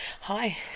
hi